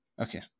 Okay